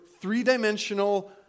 three-dimensional